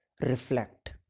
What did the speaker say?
reflect